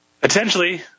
potentially